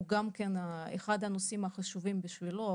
זה גם כן אחד הנושאים החשובים בשבילו.